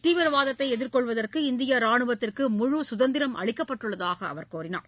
தீவிரவாதத்தை எதிர்கொள்வதற்கு இந்திய ரானுவத்திற்கு முழு சுதந்திரம் அளிக்கப்பட்டுள்ளதாக அவர் கூறினார்